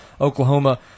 Oklahoma